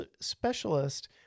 specialist